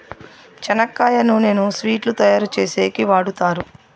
చెనక్కాయ నూనెను స్వీట్లు తయారు చేసేకి వాడుతారు